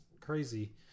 crazy